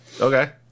Okay